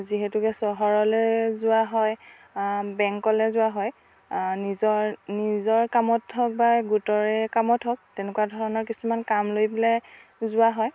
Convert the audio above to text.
যিহেতুকে চহৰলে যোৱা হয় বেংকলে যোৱা হয় নিজৰ নিজৰ কামত হওক বা গোটৰে কামত হওক তেনেকুৱা ধৰণৰ কিছুমান কাম লৈ পেলাই যোৱা হয়